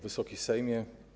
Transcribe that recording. Wysoki Sejmie!